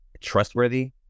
trustworthy